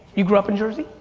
you grew up in jersey?